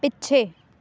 ਪਿੱਛੇ